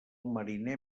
mariner